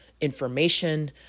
information